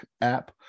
app